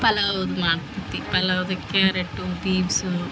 ಪಲಾವ್ ಮಾಡ್ತತಿ ಪಲಾವ್ದ carrot beans